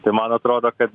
tai man atrodo kad